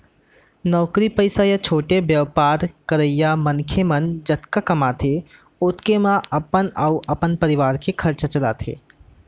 नौकरी पइसा या छोटे बयपार करइया मनखे मन जतका कमाथें ओतके म अपन अउ अपन परवार के खरचा चलाथें